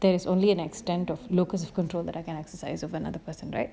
there is only an extend of locust control I can exercise over another person right